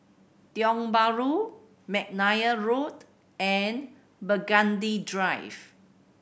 Tiong Bahru McNair Road and Burgundy Drive